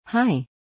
Hi